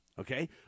Okay